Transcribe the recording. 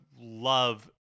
love